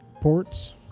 ports